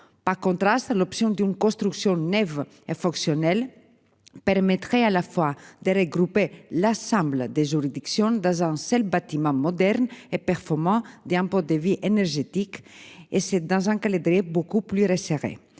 Par contraste, l'option d'une construction neuve et fonctionnelle. Permettrait à la fois de regrouper l'assemble des juridictions dans un seul bâtiment moderne et performant d'impôts énergétique et c'est dans un calendrier beaucoup plus resserré.